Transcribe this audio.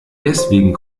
deswegen